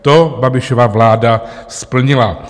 To Babišova vláda splnila.